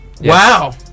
Wow